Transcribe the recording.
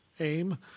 aim